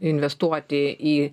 investuoti į